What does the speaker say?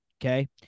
Okay